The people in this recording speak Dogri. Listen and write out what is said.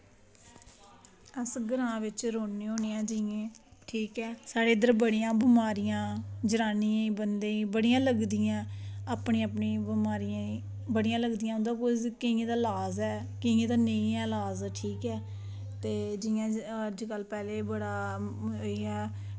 अस ग्रांऽ च रौह्ने होने जियां ठीक ऐ साढ़े इद्धर बड़ियां बमारियां जरानियें ई बंदें गी अपनी अपनी बमारियें गी बड़ियां लगदियां केइयें दा लाज़ ऐ केइयें दा नेईं ऐ लाज़ ठीक ऐ ते जियां अज्जकल पैह्लें बड़ा इंया